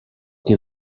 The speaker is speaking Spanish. que